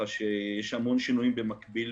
יש המון שינויים במקביל.